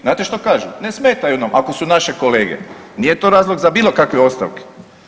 Znate što kažu, ne smetaju nam ako su naše kolege, nije to razlog za bilo kakve ostavke.